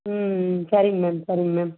ம் சரிங்க மேம் சரிங்க மேம்